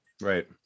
right